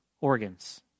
organs